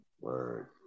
word